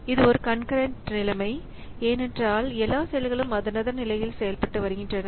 இது ஒரு கான்கரெண்ட் நிலைமை ஏனென்றால் எல்லா செயல்களும் அதனதன் நிலையில் செயல்பட்டு வருகின்றன